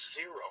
zero